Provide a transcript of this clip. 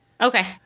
Okay